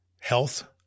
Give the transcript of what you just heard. health